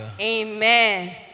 Amen